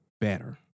better